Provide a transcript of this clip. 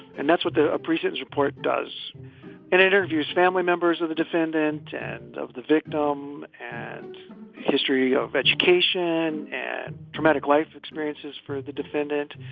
and that's what the appreciators report does in interviews, family members of the defendant and the victim and history of education and traumatic life experiences for the defendant.